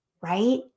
right